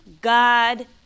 God